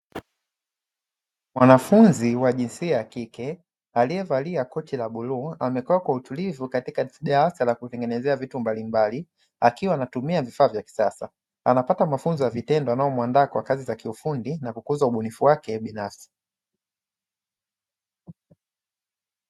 Mwanafunzi wa jinsia ya kike aliyevalia koti la bluu, amekaa kwa utulivu katika darasa la kutengenezea vitu mbalimbali akiwa anatumia vifaa vya kisasa. Anapata mafunzo ya vitendo yanayomuandaa kwa kazi za vitendo na kukuza ubunifu wake binafsi.